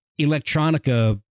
electronica